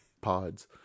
Pods